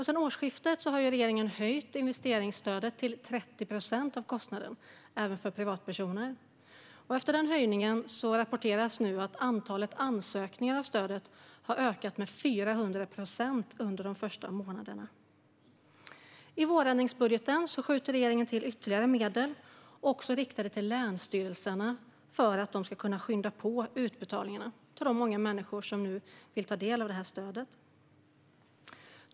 Sedan årsskiftet har regeringen höjt investeringsstödet till 30 procent av kostnaden, även för privatpersoner. Efter denna höjning rapporteras att antalet ansökningar om stöd ökade med 400 procent under årets första månader. I vårändringsbudgeten skjuter regeringen till ytterligare medel, också riktade till länsstyrelserna så att de ska kunna skynda på utbetalningarna till de många människor som vill ta del av stödet.